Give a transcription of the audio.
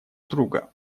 друга